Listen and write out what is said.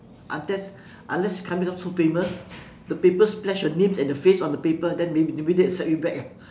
unless unless you become so famous the paper splashed your names and the face on the paper then maybe maybe they will accept you back ah